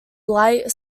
light